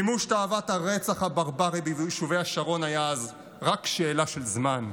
מימוש תאוות הרצח הברברי ביישובי השרון היה אז רק שאלה של זמן.